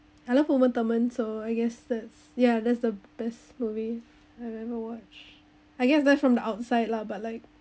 I love uma thurman so I guess that's ya that's the best movie I ever watch I guess that's from the outside lah but like